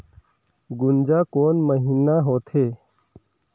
गुनजा कोन महीना होथे?